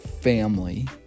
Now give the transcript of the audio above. family